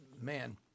man